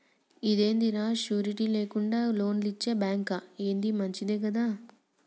ఇదేందిరా, షూరిటీ లేకుండా లోన్లిచ్చే బాంకా, ఏంది మంచిదే గదా